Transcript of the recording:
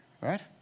right